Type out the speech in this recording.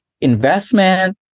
investment